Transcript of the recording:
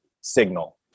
signal